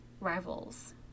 rivals